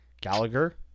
Gallagher